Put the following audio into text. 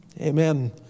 Amen